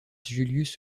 julius